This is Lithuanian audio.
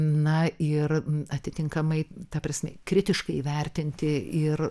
na ir atitinkamai ta prasme kritiškai įvertinti ir